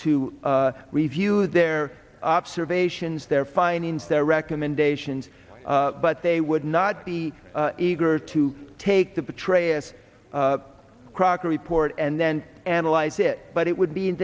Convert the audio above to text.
to review their observations their findings their recommendations but they would not be eager to take the betrayers crocker report and then analyze it but it would be in